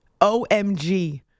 OMG